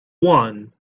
one